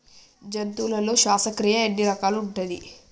జంతువులలో శ్వాసక్రియ ఎన్ని రకాలు ఉంటది?